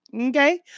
Okay